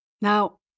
Now